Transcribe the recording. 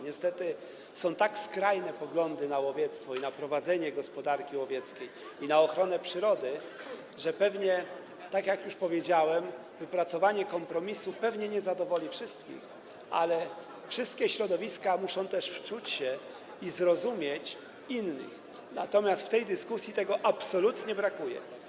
Niestety są tak skrajne poglądy na łowiectwo, na prowadzenie gospodarki łowieckiej i na ochronę przyrody, że jak już powiedziałem, wypracowany kompromis pewnie nie zadowoli wszystkich, ale wszystkie środowiska muszą też wczuć się i zrozumieć innych, natomiast w tej dyskusji tego absolutnie brakuje.